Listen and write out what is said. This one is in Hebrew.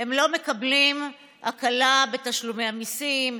הם לא מקבלים הקלה בתשלומי המיסים,